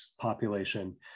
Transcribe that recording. population